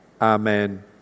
Amen